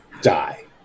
die